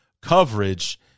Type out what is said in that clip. coverage